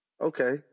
okay